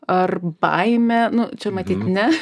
ar baime nu čia matyt ne